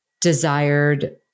desired